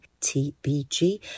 TBG